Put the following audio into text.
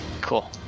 Cool